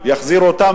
יחזירו אותם.